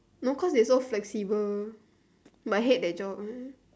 no cause is so flexible but I hate that job